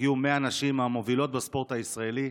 הגיעו 100 נשים מהמובילות בספורט הישראלי,